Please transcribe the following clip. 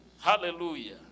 Hallelujah